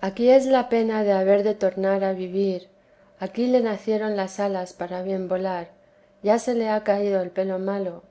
aquí es la pana de haber de tornar a vivir aquí le nacieron las alas para bien volar ya se le ha caído el pelo malo